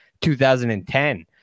2010